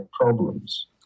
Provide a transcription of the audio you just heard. problems